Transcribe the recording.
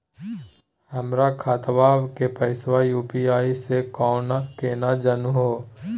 हमर खतवा के पैसवा यू.पी.आई स केना जानहु हो?